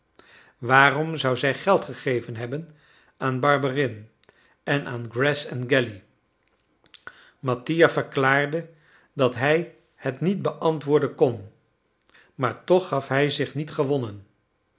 waarom zou zij geld gegeven hebben aan barberin en aan greth and galley mattia verklaarde dat hij het niet beantwoorden kon maar toch gaf hij zich niet gewonnen